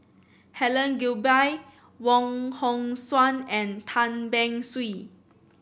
Helen Gilbey Wong Hong Suen and Tan Beng Swee